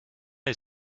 est